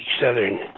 southern